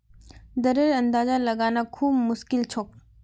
दरेर अंदाजा लगाना खूब मुश्किल छोक